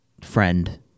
friend